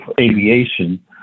aviation